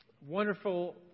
wonderful